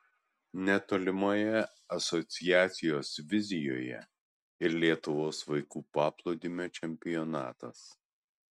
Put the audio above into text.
netolimoje asociacijos vizijoje ir lietuvos vaikų paplūdimio čempionatas